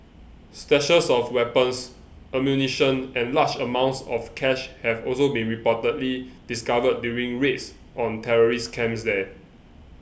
stashes of weapons ammunition and large amounts of cash have also been reportedly discovered during raids on terrorist camps there